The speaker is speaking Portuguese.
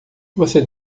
você